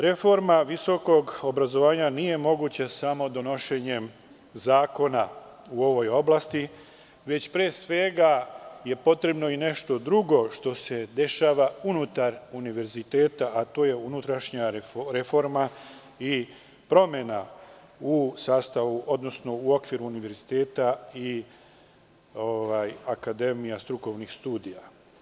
Reforma visokog obrazovanja nije moguća samo donošenjem zakona u ovoj oblasti, već pre svega je potrebno i nešto drugo, što se dešava unutar univerziteta, a to je unutrašnja reforma i promena u sastavu odnosno u okviru univerziteta i akademija strukovnih studija.